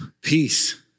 peace